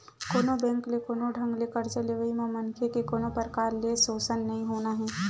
कोनो बेंक ले कोनो ढंग ले करजा लेवई म मनखे के कोनो परकार ले सोसन नइ होना हे